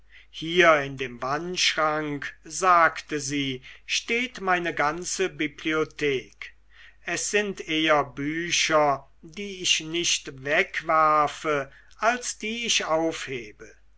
hier in dem wandschrank sagte sie steht meine ganze bibliothek es sind eher bücher die ich nicht wegwerfe als die ich aufhebe